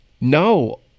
No